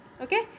okay